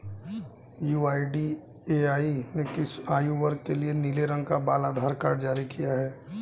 UIDAI ने किस आयु वर्ग के लिए नीले रंग का बाल आधार कार्ड जारी किया है?